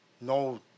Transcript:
No